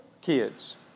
kids